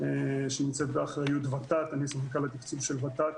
שנמצאת באחריות ות"ת, אני סמנכ"ל התקצוב של ות"ת